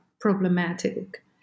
problematic